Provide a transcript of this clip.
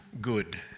good